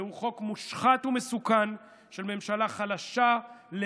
זהו חוק מושחת ומסוכן של ממשלה חלשה,